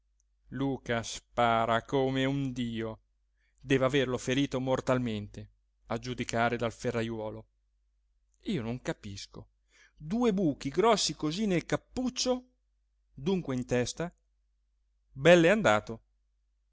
luca spara come un dio deve averlo ferito mortalmente a giudicare dal ferrajuolo io non capisco due buchi grossi cosí nel cappuccio dunque in testa bell'e andato